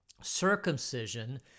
circumcision